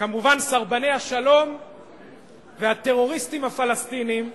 כמובן, סרבני השלום והטרוריסטים הפלסטינים.